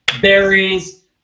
berries